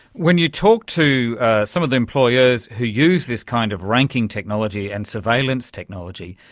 when you talk to some of the employers who use this kind of ranking technology and surveillance technology,